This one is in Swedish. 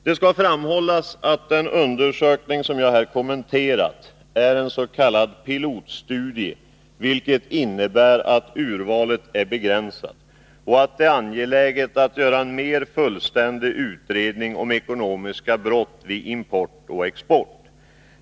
Det skall framhållas att den undersökning som jag här kommenterat är en s.k. pilotstudie vilket innebär att urvalet är begränsat och att det är angeläget att göra en mer fullständig utredning om ekonomiska brott vid import och export.